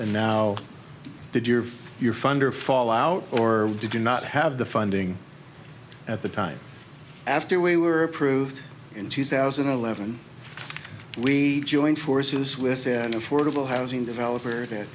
and now did you or your funder fall out or did you not have the funding at the time after we were approved in two thousand and eleven we join forces with an affordable housing developer that